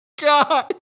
God